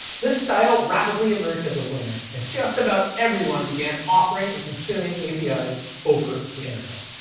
this style rapidly emerged as a winner, and just about everyone began offering, and consuming apis over the internet,